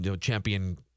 champion